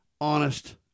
honest